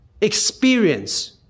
experience